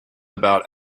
about